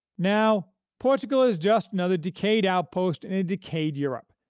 now, portugal is just another decayed outpost in a decayed europe,